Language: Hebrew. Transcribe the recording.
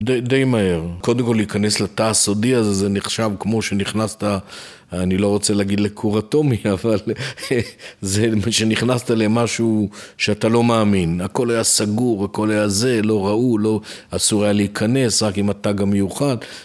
די מהר, קודם כל להיכנס לתא הסודי הזה זה נחשב כמו שנכנסת, אני לא רוצה להגיד לכור אטומי אבל, זה כשנכנסת למשהו שאתה לא מאמין, הכל היה סגור, הכל היה זה, לא ראו, לא אסור היה להיכנס, רק אם אתה גם מיוחד